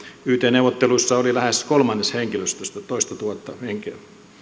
yt neuvotteluissa oli lähes kolmannes henkilöstöstä toistatuhatta henkeä